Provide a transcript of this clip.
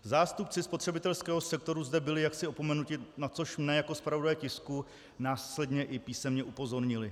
Zástupci spotřebitelského sektoru zde byli jaksi opomenuti, na což mne jako zpravodaje tisku následně i písemně upozornili.